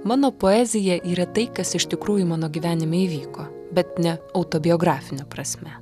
mano poezija yra tai kas iš tikrųjų mano gyvenime įvyko bet ne autobiografine prasme